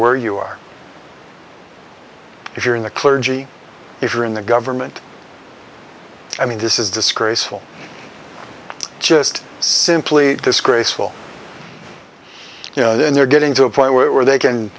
where you are if you're in the clergy if you're in the government i mean this is disgraceful just simply disgraceful you know then they're getting to a point where they can